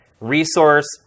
resource